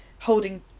holding